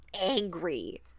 angry